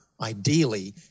ideally